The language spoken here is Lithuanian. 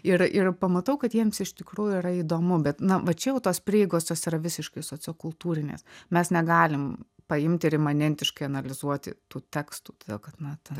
ir ir pamatau kad jiems iš tikrųjų yra įdomu bet na va čia jau tos prieigos jos yra visiškai sociokultūrinės mes negalim paimti ir imanentiškai analizuoti tų tekstų todėl kad na tai